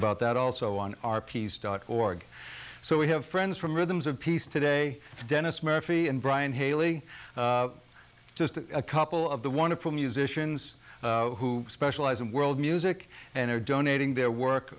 about that also on our piece dot org so we have friends from rhythms of peace today dennis murphy and brian haley just a couple of the wonderful musicians who specialize in world music and are donating their work